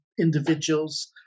individuals